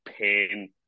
pain